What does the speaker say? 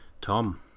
Tom